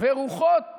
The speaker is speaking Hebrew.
ורוחות